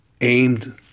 aimed